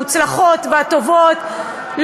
המוצלחות והטובות,